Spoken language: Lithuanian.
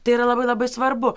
tai yra labai labai svarbu